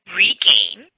regain